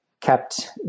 kept